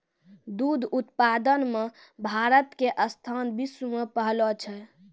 दुग्ध उत्पादन मॅ भारत के स्थान विश्व मॅ पहलो छै